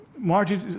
Margie